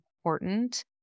important